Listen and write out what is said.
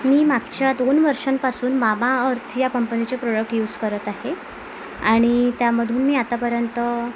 मी मागच्या दोन वर्षांपासून मामाअर्थ कंपनीचे प्रोडक्ट युज करत आहे आणि त्यामधून मी आतापर्यंत